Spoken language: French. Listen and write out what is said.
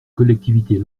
collectivités